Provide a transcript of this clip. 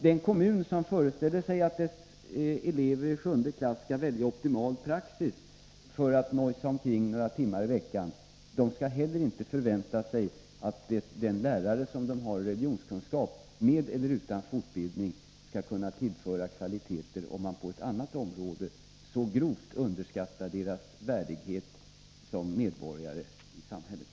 Den kommun som föreställer sig att dess elever i sjunde klass skall välja optimal praxis för att ”nojsa omkring” några timmar i veckan, skall inte förvänta sig att läraren i religionskunskap — med eller utan fortbildning — skall kunna tillföra kvaliteter, när man på ett annat område så grovt underskattar elevernas värdighet som medborgare i samhället.